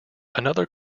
another